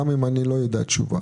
גם אם אני לא אדע את התשובה.